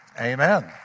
Amen